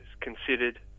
considered